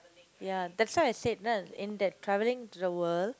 ya that's why I say then in that traveling to the world